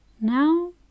Now